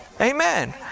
Amen